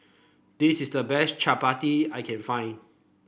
this is the best Chaat Papri I can find